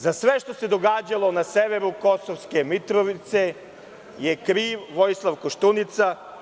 Za sve što se događalo na severu Kosovske Mitrovice je kriv Vojislav Koštunica.